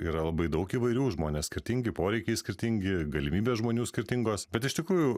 yra labai daug įvairių žmonės skirtingi poreikiai skirtingi galimybės žmonių skirtingos bet iš tikrųjų